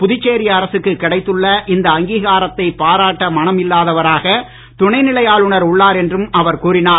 புதுச்சேரி அரசுக்கு கிடைத்துள்ள இந்த அங்கீகாரத்தை பாராட்ட மனம் இல்லாதவராக துணைநிலை ஆளுநர் உள்ளார் என்றும் அவர் கூறினார்